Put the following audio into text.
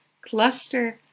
cluster